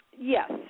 Yes